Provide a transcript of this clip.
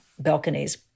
balconies